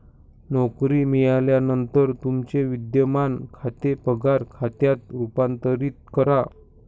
नोकरी मिळाल्यानंतर तुमचे विद्यमान खाते पगार खात्यात रूपांतरित करा